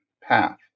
path